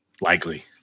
likely